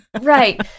Right